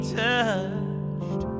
touched